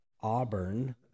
Auburn